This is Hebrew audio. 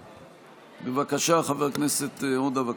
בבקשה, חבר הכנסת עודה.